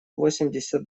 восемьдесят